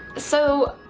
so,